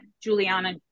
juliana